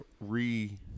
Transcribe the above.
re